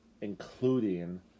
Including